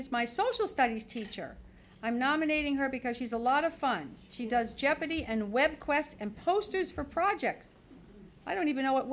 is my social studies teacher i'm nominating her because she's a lot of fun she does jeopardy and web quest and posters for projects i don't even know what